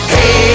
Hey